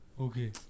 Okay